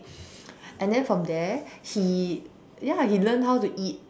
and then from there he ya he learnt how to eat